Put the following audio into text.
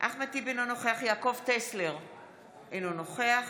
אחמד טיבי, אינו נוכח